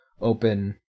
open